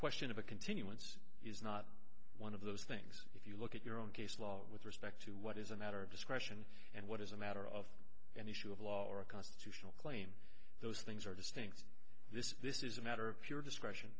question of a continuance is not one of those things if you look at your own case law with respect to what is a matter of discretion and what is a matter of an issue of law or a constitutional claim those things are distinct this this is a matter of pure discretion